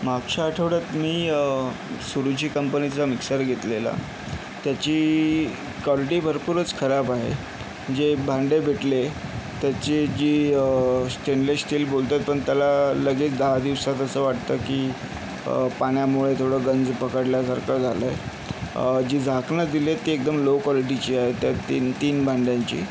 मागच्या आठवड्यात मी सुरुची कंपनीचा मिक्सर घेतलेला त्याची कॉलिटी भरपूरच खराब आहे जे भांडे भेटले त्याची जी स्टेनलेस स्टील बोलतोय पण त्याला लगेच दहा दिवसात असं वाटतं की पाण्यामुळे थोडं गंज पकडल्यासारखं झालंय जी झाकणं दिली ती एकदम लो कॉलिटीची आहे तर ती तीन भांड्यांची